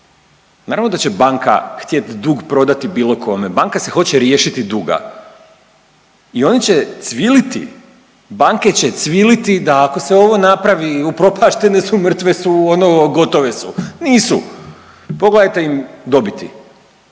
Naravno da će banka htjeti prodati dug bilo kome, banka se hoće riješiti duga i oni će cviliti, banke će cviliti da ako se ovo napravi upropaštene su, mrtve su, ono gotove su. Nisu. Pogledajte im dobiti.